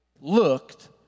looked